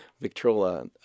Victrola